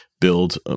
build